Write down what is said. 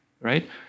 right